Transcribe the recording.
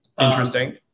Interesting